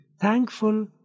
thankful